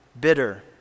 bitter